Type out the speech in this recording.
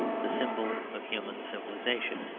the symbol of human civilisation.